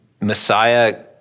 Messiah